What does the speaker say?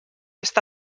está